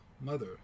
mother